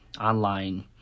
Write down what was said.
online